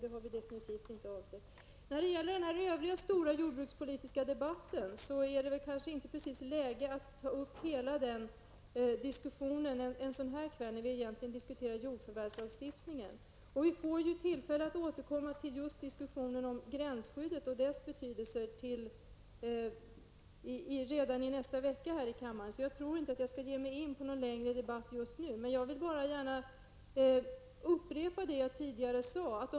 Det har vi definitivt inte avsett. När det gäller den övriga stora jordbrukspolitiska debatten är det inte precis läge att ta upp hela den diskussionen nu när vi egentligen diskuterar jordförvärvslagstiftningen. Vi får ju tillfälle att återkomma till diskussionen om gränsskyddet och dess betydelse redan i nästa vecka, så jag skall nog inte ge mig in på någon längre debatt just nu. Jag vill bara upprepa det som jag tidigare sade.